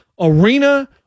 arena